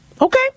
Okay